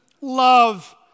Love